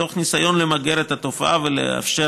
מתוך ניסיון למגר את התופעה ולאפשר